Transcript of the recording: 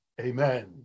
Amen